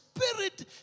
Spirit